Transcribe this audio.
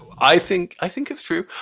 i think i think it's true.